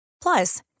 Plus